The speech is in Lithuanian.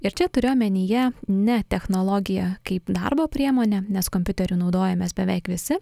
ir čia turiu omenyje ne technologiją kaip darbo priemonę nes kompiuteriu naudojamės beveik visi